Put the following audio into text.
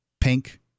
pink